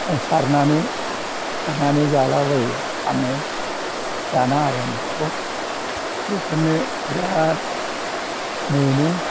सारनानै सारनानै जालाबायो फानो जाना आग्लायनायफोरखौ बेफोरनो बेराद मोनो